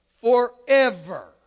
forever